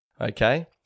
okay